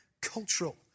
cultural